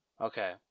Okay